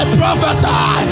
prophesy